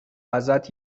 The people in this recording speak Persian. ازت